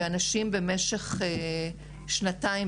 ואנשים במשך שנתיים,